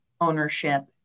ownership